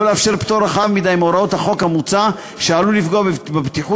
לא לאפשר פטור רחב מדי מהוראות החוק המוצע שעלול לפגוע בבטיחות,